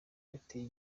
yateye